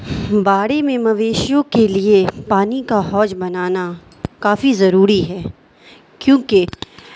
باڑی میں مویشیوں کے لیے پانی کا حوض بنانا کافی ضروری ہے کیونکہ